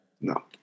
No